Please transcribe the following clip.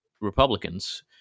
Republicans